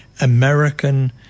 American